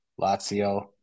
Lazio